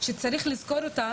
שצריך לזכור אותה,